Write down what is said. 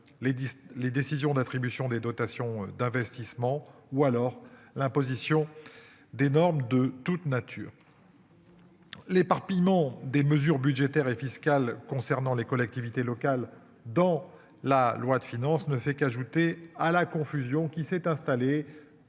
les décisions d'attribution des dotations d'investissement ou alors l'imposition des normes de toute nature. L'éparpillement des mesures budgétaires et fiscales concernant les collectivités locales dans la loi de finances ne fait qu'ajouter à la confusion qui s'est installée